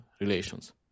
relations